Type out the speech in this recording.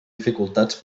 dificultats